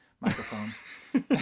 microphone